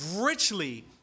richly